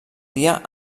dia